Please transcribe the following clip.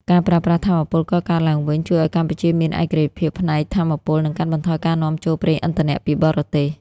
ការប្រើប្រាស់ថាមពលកកើតឡើងវិញជួយឱ្យកម្ពុជាមានឯករាជ្យភាពផ្នែកថាមពល និងកាត់បន្ថយការនាំចូលប្រេងឥន្ធនៈពីបរទេស។